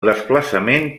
desplaçament